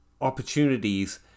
opportunities